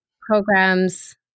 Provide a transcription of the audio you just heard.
programs